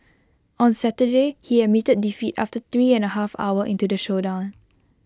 on Saturday he admitted defeat after three and A half hour into the showdown